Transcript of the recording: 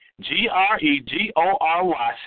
G-R-E-G-O-R-Y